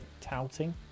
touting